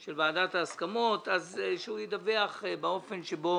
של ועדת ההסכמות אז שהוא ידווח באופן שבו